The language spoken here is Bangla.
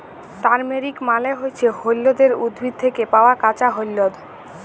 তারমেরিক মালে হচ্যে হল্যদের উদ্ভিদ থ্যাকে পাওয়া কাঁচা হল্যদ